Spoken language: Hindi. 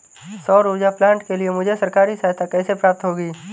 सौर ऊर्जा प्लांट के लिए मुझे सरकारी सहायता कैसे प्राप्त होगी?